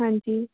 ਹਾਂਜੀ